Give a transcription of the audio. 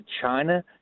China